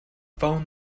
phone